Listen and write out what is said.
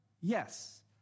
Yes